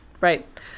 Right